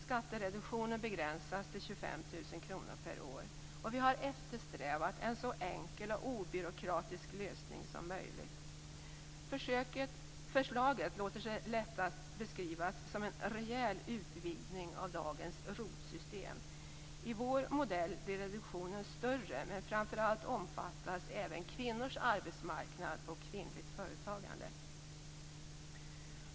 Skattereduktionen begränsas till 25 000 kr per år, och vi har eftersträvat en så enkel och obyråkratisk lösning som möjligt. Förslaget låter sig lättast beskrivas som en rejäl utvidgning av dagens ROT-system. I vår modell blir reduktionen större, men framför allt omfattas även kvinnors arbetsmarknad och kvinnligt företagande.